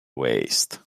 waist